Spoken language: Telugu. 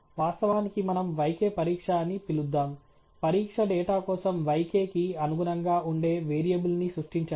వాస్తవానికి మనం yk పరీక్ష అని పిలుద్దాం పరీక్ష డేటా కోసం yk కి అనుగుణంగా ఉండే వేరియబుల్ని సృష్టించండి